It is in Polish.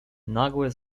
nagłe